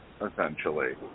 essentially